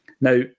Now